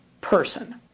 person